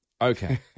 Okay